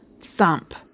thump